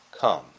come